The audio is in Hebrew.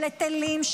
של היטלים,